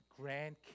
grandkids